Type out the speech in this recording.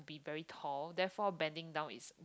be very tall therefore bending down is